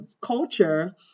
culture